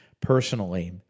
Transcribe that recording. personally